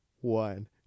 one